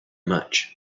much